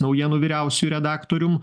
naujienų vyriausiu redaktorium